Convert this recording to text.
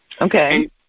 Okay